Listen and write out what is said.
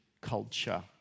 culture